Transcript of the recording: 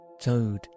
Toad